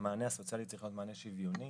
שהמענה הסוציאלי צריך להיות מענה שוויוני,